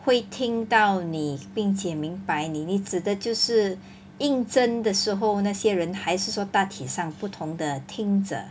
会听到你并且明白你你指的就是应征的时候那些人还是说大体上不同的听者